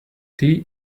tea